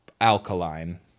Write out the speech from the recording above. Alkaline